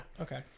Okay